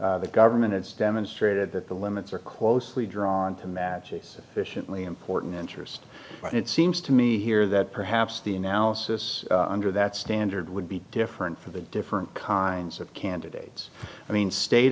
whether the government has demonstrated that the limits are closely drawn to match a sufficiently important interest but it seems to me here that perhaps the analysis under that standard would be different for the different kinds of candidates i mean state